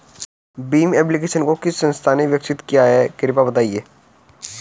Bhim application को किस संस्था ने विकसित किया है कृपया बताइए?